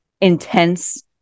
intense